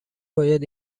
باید